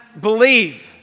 believe